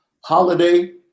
holiday